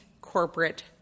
Corporate